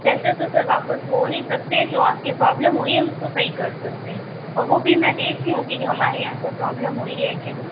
पैसे तो सर वापस हो नहीं सकते जो आपके प्रॉब्लम हुई है उसको सही कर सकते हैं और वो भी मैं देखती हूँ कि हमारे यहाँ से प्रॉब्लम हुई है कि नहीं